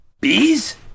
Bees